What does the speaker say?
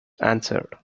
answered